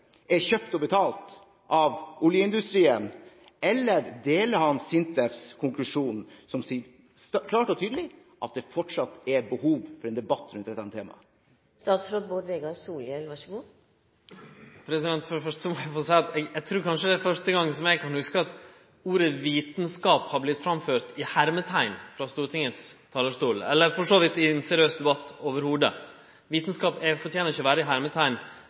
er kjøpt og betalt av oljeindustrien, eller deler han SINTEFs konklusjon, som sier klart og tydelig at det fortsatt er behov for en debatt rundt dette temaet? For det første må eg få seie at eg trur kanskje det er første gongen, som eg kan hugse, at ordet «vitskap» har vorte framført i hermeteikn frå Stortingets talarstol – eller kanskje i ein seriøs debatt i det heile. Vitskap fortener ikkje å vere i hermeteikn.